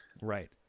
Right